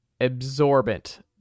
absorbent